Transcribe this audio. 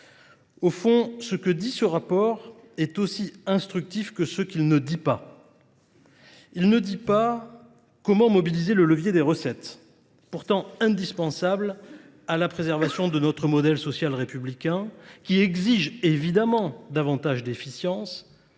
Au fond, ce que dit ce rapport est aussi instructif que ce qu'il ne dit pas. Il ne dit pas comment mobiliser le levier des recettes, pourtant indispensable à la préservation de notre modèle social républicain, qui exige évidemment davantage d'efficience,